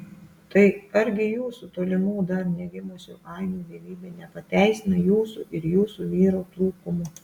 tai argi jūsų tolimų dar negimusių ainių gyvybė nepateisina jūsų ir jūsų vyro trūkumų